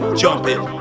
jumping